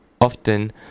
often